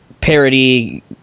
parody